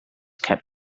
kept